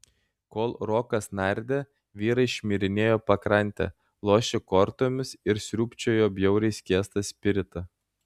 kol rokas nardė vyrai šmirinėjo pakrante lošė kortomis ir sriūbčiojo bjauriai skiestą spiritą